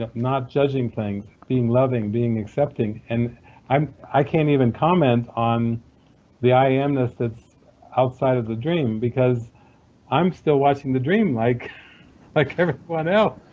ah not judging things, being loving, being accepting. and i can't even comment on the i am-ness that's outside of the dream because i'm still watching the dream like like everyone else.